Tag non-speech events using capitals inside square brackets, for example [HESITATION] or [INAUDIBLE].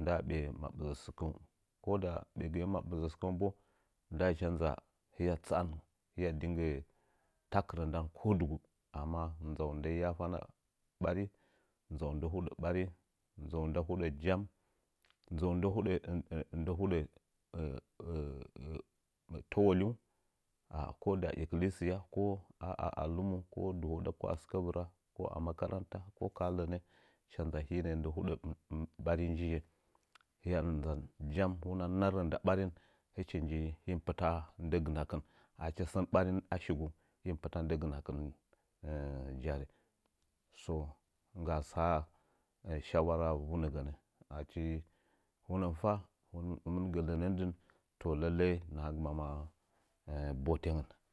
ndaa ɓe mabɨzə sɨkəngu bo. Ko da ɓegɨye maɓɨzə sɨkəngu a ndaa tsa’an hiya dingnggə takɨrə nda ko dugu amma nzau, ndɨ yafanən. Nzau ndɨ yafə ɓari, nzau ndɨ huɗə ɓari, nzau ndɨ huɗə jam, ndɨ huɗə [HESITATION] təwolingu. Ko da ekkihisiya, ka da a lumu, ko da a makaranta, ko ka ha lənə hɨcha nza hii nəəa ndɨ huɗə ɓari njiye hiya nza jam, hunəa narrə nda ɓarin, hii mɨ pɨta ndɨ gɨna kɨn. Achi sən ɓarin a shigu, hii mɨ pɨta ndɨ gɨnakɨn jari. To nɨngga’a fa shawaraa vuunə ganə achi hunə mɨ fa hunə mɨ gə lənən dɨn, to lallai nahagɨməmma [HESITATION] botengən.